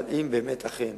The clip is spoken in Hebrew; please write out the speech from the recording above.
אבל אם באמת אכן